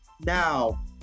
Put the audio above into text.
now